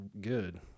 good